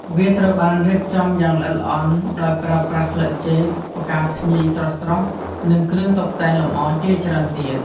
វាត្រូវបានរៀបចំឡើងយ៉ាងល្អិតល្អន់ ដោយប្រើប្រាស់ស្លឹកចេក ផ្កាភ្ញីស្រស់ៗ និងគ្រឿងតុបតែងលម្អជាច្រើនទៀត។